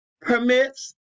permits